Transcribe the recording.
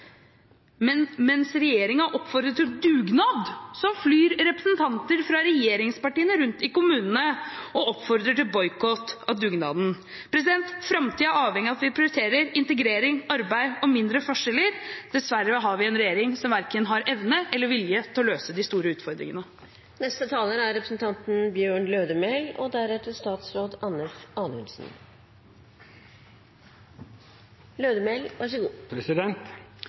men mens regjeringen oppfordrer til dugnad, flyr representanter fra regjeringspartiene rundt i kommunene og oppfordrer til boikott av dugnaden. Framtiden er avhengig av at vi prioriterer integrering, arbeid og mindre forskjeller. Dessverre har vi en regjering som verken har evne eller vilje til å løse de store utfordringene. Vi skal alle ta inn over oss at landet vårt er